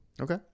Okay